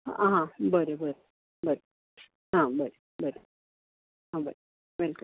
हां बरें बरें बरें हां बरें बरें हां बरें वेलकम